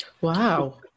Wow